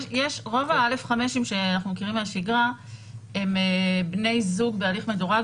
רוב ה-א5 שאנחנו מכירים מהשגרה הם בני זוג בהליך מדורג,